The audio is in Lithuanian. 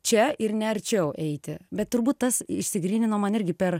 čia ir ne arčiau eiti bet turbūt tas išsigrynino man irgi per